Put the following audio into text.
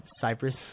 Cyprus